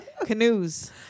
Canoes